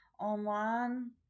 online